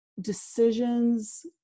decisions